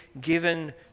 given